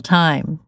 time